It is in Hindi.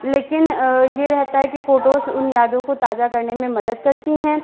लेकिन ये रहता है कि फ़ोटोज़ उन यादों को ताजा करने में मदद करती हैं